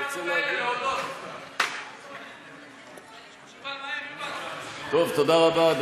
תודה רבה,